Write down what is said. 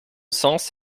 sens